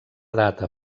data